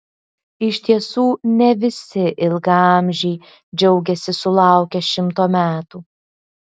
iš tiesų ne visi ilgaamžiai džiaugiasi sulaukę šimto metų